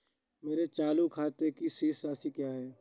मेरे चालू खाते की शेष राशि क्या है?